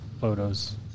photos